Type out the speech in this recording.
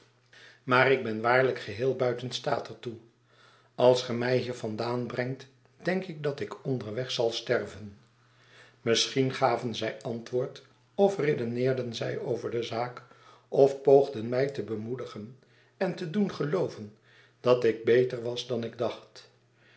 maar ik ben waarlijk geheel buiten staat er toe als ge my hier vandaan brengt denk ik dat ik onderweg zal sterven misschien gaven zij antwoord of redeneerden zij over de zaak of poogden mij te bemoedigen en te doen gelooven dat ik beter was dan ik dacht